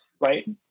right